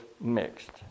mixed